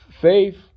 faith